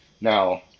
Now